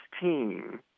team